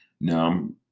Now